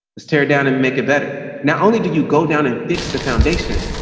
let's tear down and make it better. not only did you go down and fix the foundation,